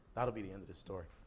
that'll be the end of this story.